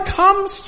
comes